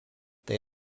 they